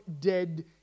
dead